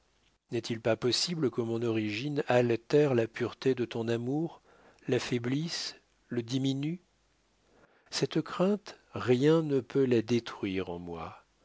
n'est-il pas possible que mon origine altère la pureté de ton amour l'affaiblisse le diminue cette crainte rien ne peut la détruire en moi